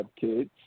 kids